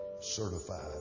certified